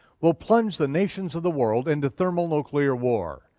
will plunge the nations of the world into thermonuclear war.